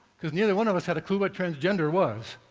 because neither one of us had a clue what transgender was.